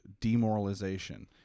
demoralization